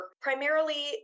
primarily